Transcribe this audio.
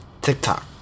TikTok